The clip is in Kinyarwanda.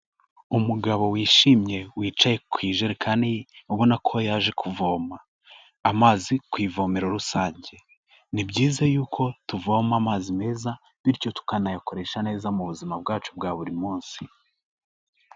Umugabo wishimye wicaye ku ijerekani ubona ko yaje kuvoma, amazi ku ivomero rusange. Ni byiza yuko tuvoma amazi meza bityo tukanayakoresha neza mu buzima bwacu bwa buri munsi.